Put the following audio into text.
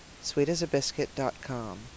SweetAsABiscuit.com